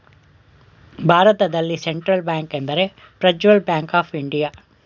ಭಾರತದಲ್ಲಿ central bank ಎಂದರೆ Prajwal bank of India